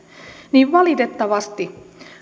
niin valitettavasti